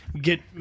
get